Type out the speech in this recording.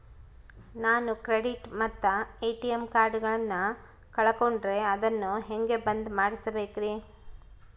ನಾನು ಕ್ರೆಡಿಟ್ ಮತ್ತ ಎ.ಟಿ.ಎಂ ಕಾರ್ಡಗಳನ್ನು ಕಳಕೊಂಡರೆ ಅದನ್ನು ಹೆಂಗೆ ಬಂದ್ ಮಾಡಿಸಬೇಕ್ರಿ?